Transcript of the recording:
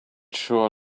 sure